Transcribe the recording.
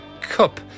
Cup